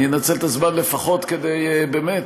אני אנצל את הזמן לפחות כדי באמת,